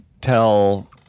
tell